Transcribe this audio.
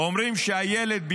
אומרים שהילד או